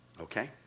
Okay